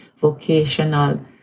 vocational